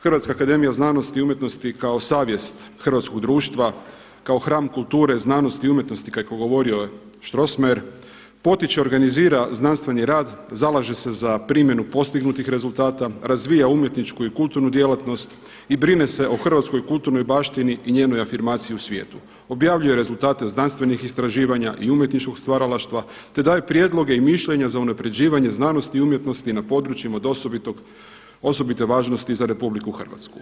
Hrvatska akademija znanosti i umjetnosti kao savjest hrvatskog društva, kao hram kulture, znanosti i umjetnosti kako je govorio Strossmayer potiče i organizira znanstveni rad, zalaže se za primjenu postignutih rezultata, razvija umjetničku i kulturnu djelatnost i brine se o hrvatskoj kulturnoj baštini i njenoj afirmaciji u svijetu, objavljuje rezultate znanstvenih istraživanja i umjetničkog stvaralaštva, te daje prijedloge i mišljenja za unapređivanje znanosti i umjetnosti na područjima od osobite važnosti za RH.